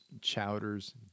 chowders